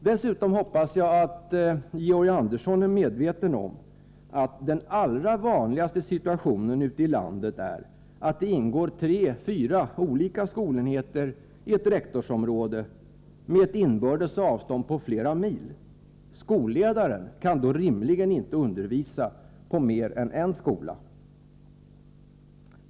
Dessutom hoppas jag att Georg Andersson är medveten om att den allra vanligaste situationen ute i landet är att det ingår tre fyra olika skolenheter i ett rektorsområde med ett inbördes avstånd på flera mil. Skolledaren kan då rimligen inte undervisa på mer än en skola.